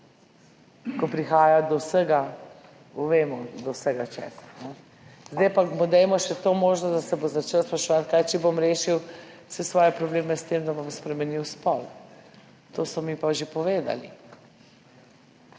ko prihaja do vsega, vemo, do česa vse. Zdaj pa mu dajmo še to možnost, da se bo začel spraševati, kaj pa, če bom rešil vse svoje probleme s tem, da bom spremenil spol. To so mi pa že povedali.